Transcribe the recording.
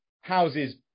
houses